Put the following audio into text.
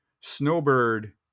Snowbird